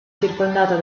circondato